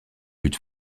but